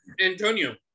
Antonio